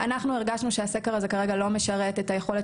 אנחנו הרגשנו שהסקר הזה כרגע לא משרת את היכולת